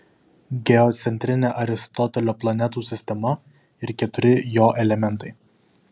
geocentrinė aristotelio planetų sistema ir keturi jo elementai